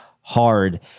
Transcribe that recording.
hard